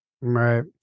Right